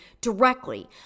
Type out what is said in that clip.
directly